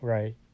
Right